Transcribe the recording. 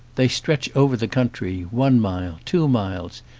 they stretch over the country, one mile, two miles,